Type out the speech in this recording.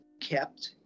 kept